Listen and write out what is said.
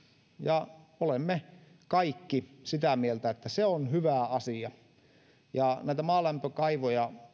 ja olemme kaikki sitä mieltä että se on hyvä asia näitä maalämpökaivoja